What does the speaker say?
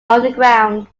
underground